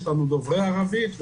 יש לנו דוברי ערבית.